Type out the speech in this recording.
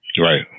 Right